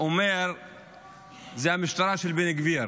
אומר שזאת המשטרה של בן גביר.